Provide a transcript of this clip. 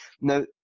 now